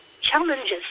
challenges